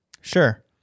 Sure